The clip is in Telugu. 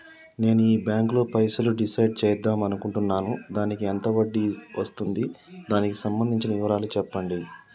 నేను ఈ బ్యాంకులో పైసలు డిసైడ్ చేద్దాం అనుకుంటున్నాను దానికి ఎంత వడ్డీ వస్తుంది దానికి సంబంధించిన వివరాలు చెప్పండి?